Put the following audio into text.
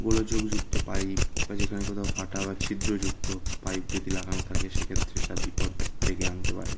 গোলযোগযুক্ত pipe বা যেখানে কোথাও ফাটা বা ছিদ্রযুক্ত পাইপ যদি লাগানো থাকে সেক্ষেত্রে সে বিপদ ডেকে আনতে পারে